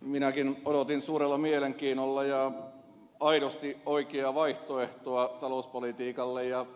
minäkin odotin suurella mielenkiinnolla ja aidosti oikeaa vaihtoehtoa talouspolitiikalle ja